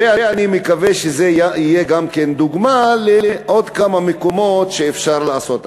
ואני מקווה שזה יהיה גם כן דוגמה לעוד כמה מקומות שאפשר לעשות.